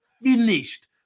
finished